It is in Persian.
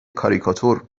کاریکاتور